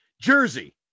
Jersey